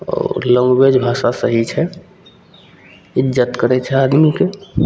आओर लैन्ग्वेज भाषा सही छै इज्जत करै छै आदमीके